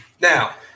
Now